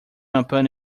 upon